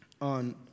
on